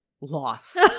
lost